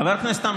חבר הכנסת,